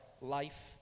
life